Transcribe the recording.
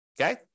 okay